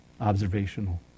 observational